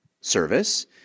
service